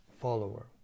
follower